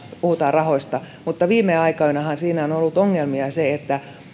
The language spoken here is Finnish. rahoista mutta viime aikoinahan siinä on ollut ongelmana se että